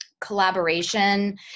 collaboration